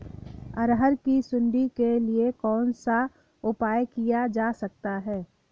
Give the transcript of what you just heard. अरहर की सुंडी के लिए कौन सा उपाय किया जा सकता है?